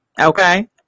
Okay